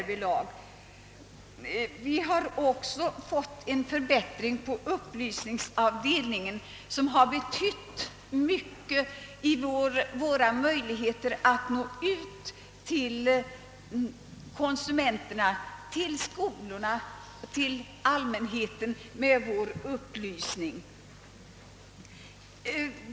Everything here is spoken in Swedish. Vidare har vi fått en förbättring på upplysningsavdelningen, som har betytt mycket för våra möjligheter att nå ut till konsumenterna, till skolorna och till allmänheten med vår upplysning.